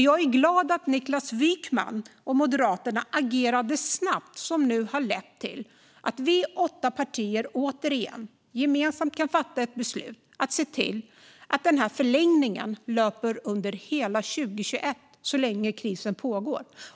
Jag är glad att Niklas Wykman och Moderaterna agerade snabbt. Det har nu lett till att vi åtta partier återigen gemensamt kan fatta ett beslut att se till att förlängningen löper under hela 2021, så länge krisen pågår.